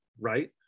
right